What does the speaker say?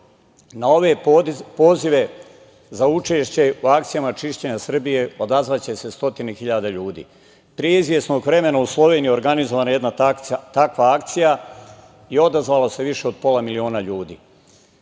na ove pozive za učešće u akcijama čišćenja Srbije odazvaće se stotine hiljada ljudi. Pre izvesnog vremena u Sloveniji organizovana je jedna takva akcija i odazvalo se više od pola miliona ljudi. Šta